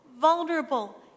vulnerable